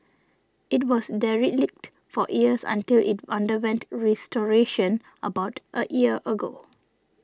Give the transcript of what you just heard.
it was derelict for years until it underwent restoration about a year ago